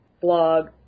blog